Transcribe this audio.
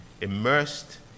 immersed